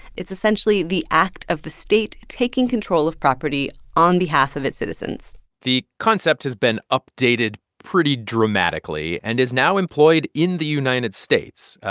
it's essentially the act of the state taking control of property on behalf of its citizens the concept has been updated pretty dramatically and is now employed in the united states.